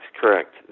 correct